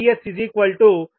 85V2V2VS12